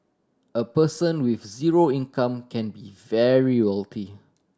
a person with zero income can be very wealthy